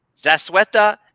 Zasweta